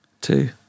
Two